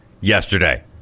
yesterday